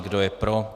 Kdo je pro?